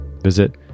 Visit